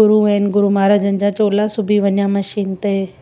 गुरू आहिनि गुरू महाराजनि जा चोला सिबी वञा मशीन ते